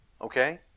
Okay